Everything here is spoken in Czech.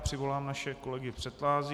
Přivolám naše kolegy z předsálí.